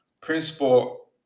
principle